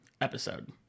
episode